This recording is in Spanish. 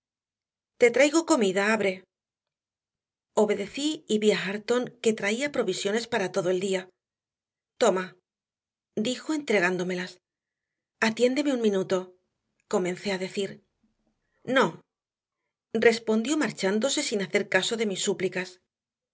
te traigo comida abre obedecí y vi a hareton que traía provisiones para todo el día toma dijo entregándomelas atiéndeme un minuto comencé a decir no respondió marchándose sin hacer caso de mis súplicas